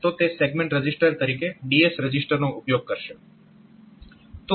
તો તે segment register તરીકે DS રજીસ્ટરનો ઉપયોગ કરશે